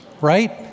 right